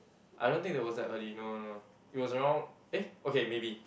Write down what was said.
I don't think that was that early no no no it was around eh okay maybe